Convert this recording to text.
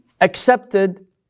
accepted